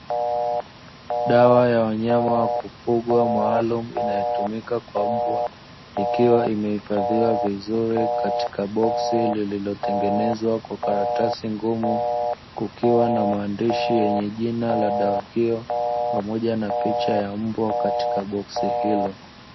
Dawa ya wanyama wa kufugwa maalum inayotumika kwa mbwa, ikiwa imehifadhiwa vizuri katika boksi lililotengenezwa kwa karatasi ngumu, kukiwa na maandishi yenye jina ya dawa hiyo, pamoja na picha ya mbwa katika boksi hilo.